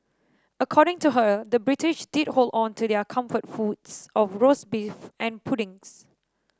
according to her the British did hold on to their comfort foods of roast beef and puddings